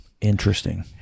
Interesting